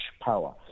power